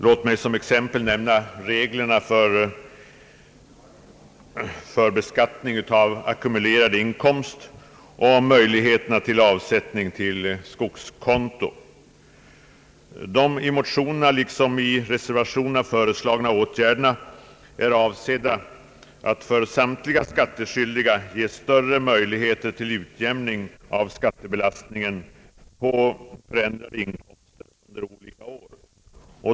Låt mig som exempel nämna reglerna för beskattning av ackumulerad inkomst och möjligheterna till avsättning på skogskonto. De i motionerna liksom i reservationerna föreslagna åtgärderna är avsedda att för samtliga skattskyldiga ge större möjligheter till utjämning av skattebelastningen vid varierande inkomster under olika år.